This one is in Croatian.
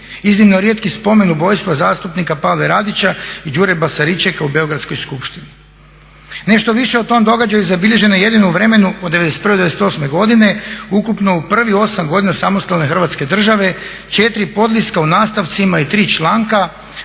Iznimno rijetki spomen ubojstva zastupnika Pave Radića i Đure Basaričeka u Beogradskoj skupštini. Nešto više o tom događaju zabilježeno je jedino u vremenu od '91.-'98. godine ukupno u prvih 8 godina samostalne Hrvatske države četiri podliska o nastavcima i tri članka